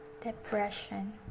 depression